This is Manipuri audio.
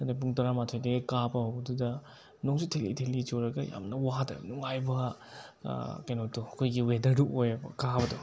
ꯑꯗꯣ ꯄꯨꯡ ꯇꯔꯥ ꯃꯥꯊꯣꯏꯗꯒꯤ ꯀꯥꯕ ꯍꯧꯕꯗꯨꯗ ꯅꯣꯡꯁꯨ ꯊꯤꯠꯂꯤ ꯊꯤꯠꯂꯤ ꯆꯨꯔꯒ ꯌꯥꯝꯅ ꯋꯥꯗꯅ ꯅꯨꯡꯉꯥꯏꯕ ꯀꯩꯅꯣꯗꯣ ꯑꯩꯈꯣꯏꯒꯤ ꯋꯦꯗꯔꯗꯨ ꯑꯣꯏꯑꯦꯕ ꯀꯥꯕꯗꯣ